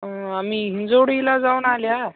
आम्ही हिंजवडीला जाऊन आल्या